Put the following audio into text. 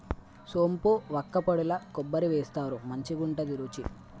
సోంపు వక్కపొడిల కొబ్బరి వేస్తారు మంచికుంటది రుచి